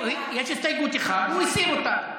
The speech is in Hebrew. יש הסתייגות אחת, והוא הסיר אותה.